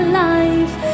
life